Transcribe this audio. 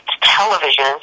television